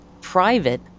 private